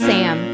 Sam